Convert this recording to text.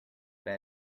bed